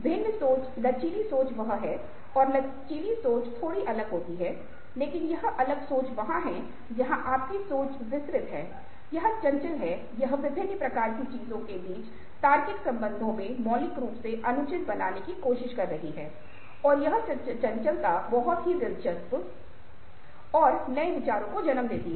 भिन्न सोच लचीली सोच वह है और लचीली सोच थोड़ी अलग होती है लेकिन यह अलग सोच वहा है जहां आपकी सोच विसरित है यह चंचल है यह विभिन्न प्रकार की चीजों के बीच तार्किक संबंधों में मौलिक रूप से अनुचित बनाने की कोशिश कर रही है और यह चंचलता बहुत ही दिलचस्प और नए विचारों को जन्म दे सकती है